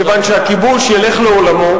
כי הכיבוש ילך לעולמו,